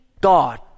God